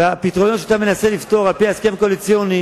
והפתרונות שאתה מנסה לפתור על-פי ההסכם הקואליציוני,